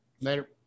Later